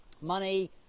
Money